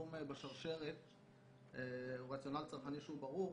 תשלום בשרשרת הוא רציונל צרכני שהוא ברור.